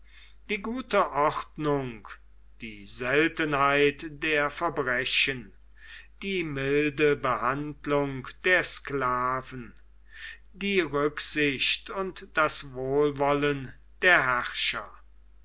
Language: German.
die gute ordnung die seltenheit der verbrechen die milde behandlung der sklaven die rücksicht und das wohlwollen der herrscher